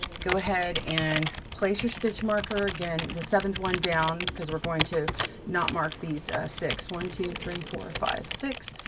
go ahead and place your stitch marker again, the seventh one down, cause we're going to not mark these six, one, two, three, four, five, six.